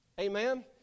Amen